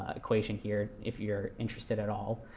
ah equation here, if you're interested at all.